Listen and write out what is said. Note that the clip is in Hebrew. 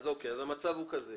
אבל הצעת החוק הזאת פותחת את זה.